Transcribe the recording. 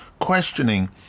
Questioning